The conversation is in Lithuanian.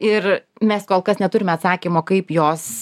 ir mes kol kas neturime atsakymo kaip jos